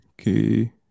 Okay